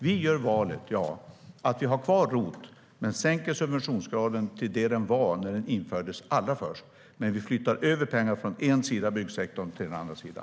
Vi gör valet att ha kvar ROT men sänker subventionsgraden till det den var när den infördes allra först. Vi flyttar över pengar från en sida av byggsektorn till en annan.